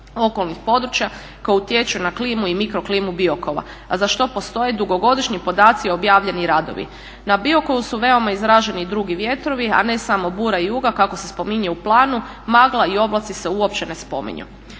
okolnih područja koja utječe na klimu i mikroklimu Biokova a za što postoje dugogodišnji podaci i objavljeni radovi. Na Biokovu su veoma izraženi i drugi vjetrovi, ne samo bura i jugo kako se spominje u planu, magla i oblaci se uopće ne spominju.